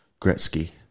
Gretzky